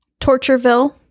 Tortureville